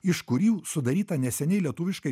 iš kurių sudaryta neseniai lietuviškai